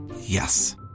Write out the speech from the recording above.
Yes